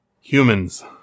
humans